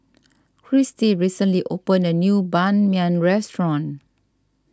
Kristie recently opened a new Ban Mian restaurant